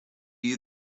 you